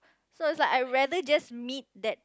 so it's like I rather just meet that